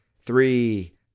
three